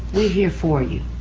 we here for you.